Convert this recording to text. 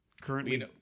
currently